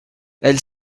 elle